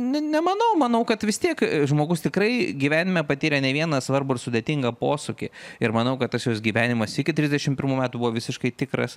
ne nemanau manau kad vis tiek žmogus tikrai gyvenime patyrė ne vieną svarbų ir sudėtingą posūkį ir manau kad tas jos gyvenimas iki trisdešimt pirmų metų buvo visiškai tikras